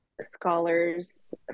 scholars